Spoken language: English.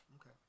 Okay